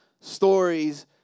stories